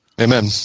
Amen